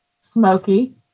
smoky